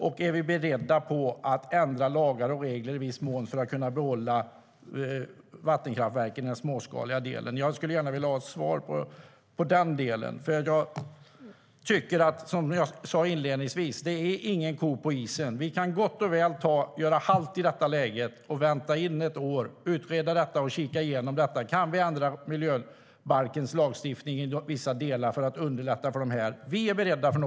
Och är vi beredda att ändra lagar och regler i viss mån för att kunna behålla de småskaliga vattenkraftverken? Jag skulle gärna vilja ha ett svar i den delen. Som jag sa inledningsvis är det ingen ko på isen. Vi kan gott och väl göra halt i ett år för att utreda detta och kika på om vi kan ändra miljöbalkens lagstiftning i vissa delar för att underlätta för de småskaliga vattenkraftverken.